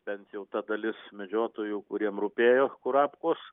bent jau ta dalis medžiotojų kuriem rūpėjo kurapkos